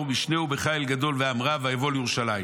משנהו בחיל גדול ועם רב ויבוא לירושלים.